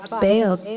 bailed